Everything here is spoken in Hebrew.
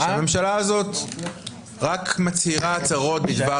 שהממשלה הזאת רק מצהירה הצהרות בדבר